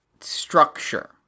structure